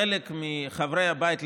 חלק מחברי הבית,